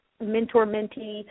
mentor-mentee